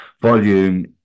volume